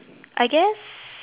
I guess